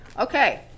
Okay